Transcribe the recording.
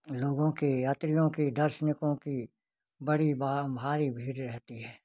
लोगों के यात्रियों के दर्शकों की बड़ी भा भारी भीड़ रहती है